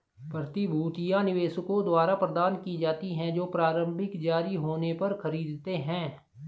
प्रतिभूतियां निवेशकों द्वारा प्रदान की जाती हैं जो प्रारंभिक जारी होने पर खरीदते हैं